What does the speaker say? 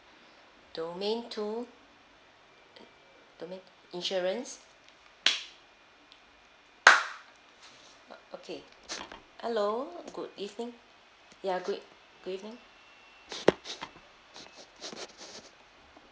domain two do~ domain insurance okay hello good evening ya good good evening